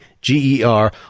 G-E-R